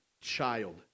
child